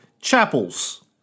chapels